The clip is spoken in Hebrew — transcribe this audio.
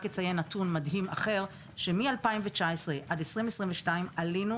אציין נתון מדהים אחר שמ-2019 עד 2022 עלינו,